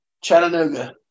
Chattanooga